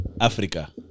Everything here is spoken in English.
Africa